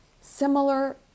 similar